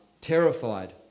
terrified